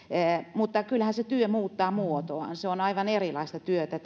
mutta kyllähän se työ muuttaa muotoaan se on aivan erilaista työtä